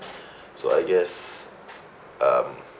so I guess um